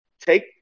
take